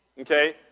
okay